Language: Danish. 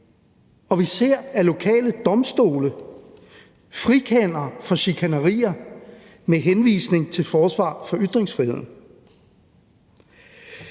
og vi ser, at lokale domstole frikender for chikanerier med henvisning til forsvaret for ytringsfriheden.